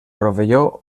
rovelló